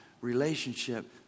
relationship